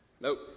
Nope